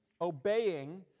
Obeying